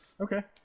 Okay